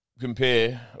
compare